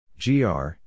Gr